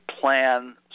plan